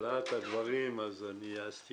בלהט הדברים אני העזתי